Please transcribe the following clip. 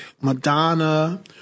Madonna